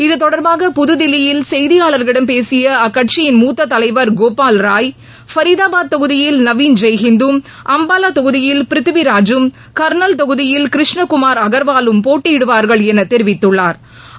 இது தொடர்பாக புது தில்லியில் செய்தியாளர்களிடம் பேசிய அக்கட்சியின் மூத்த தலைவர் கோபால் ராய் பரிதாஃபாத் தொகுதியில் நவின் ஜெய்ஹிந்தும் அம்பாவா தொகுதியில் பிரிதிவி ராஜூம் கா்னல் தொகுதியில் கிருஷ்ணன் குமார் அகா்வாலும் போட்டியிடுவார்கள் என தெரிவித்துள்ளா்